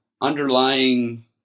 underlying